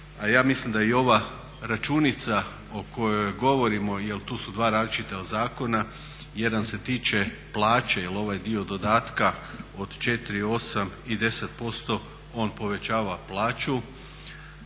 a ja mislim da i ova računica o kojoj govorimo jer tu su dva različita zakona jedan se tiče plaće, jer ovaj dio dodatka od 4,8 i 10% on povećava plaću.